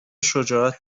شجاعت